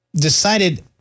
decided